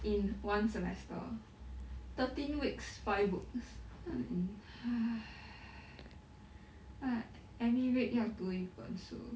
in one semester thirteen weeks five books ha n~ !hais! like every week 要读一本书